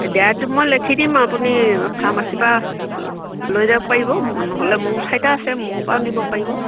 এই দৰবটো মই লিখি দিম আপুনি ফাৰ্মাচীৰপৰা লৈ যাব পাৰিব নহ'লে মোৰ ওচৰতে আছে মোৰপৰাও নিব পাৰিব